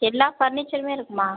எல்லா ஃபர்னீச்சருமே இருக்கும்மா